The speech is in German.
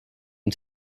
den